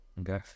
Okay